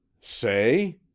Say